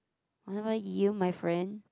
what about you my friend